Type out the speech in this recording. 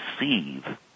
receive